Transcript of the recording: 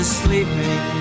sleeping